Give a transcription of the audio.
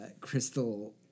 crystal